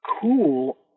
cool